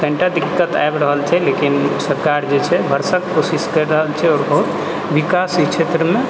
कनिटा दिक्कत आबि रहल छै लेकिन सरकार जे छै भरसक कोशिश करि रहल छै आओर बहुत विकाश ई क्षेत्रमे